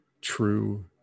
true